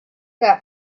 that